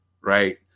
right